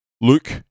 Luke